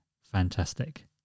fantastic